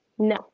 No